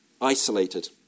isolated